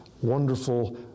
wonderful